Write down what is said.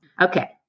Okay